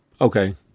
Okay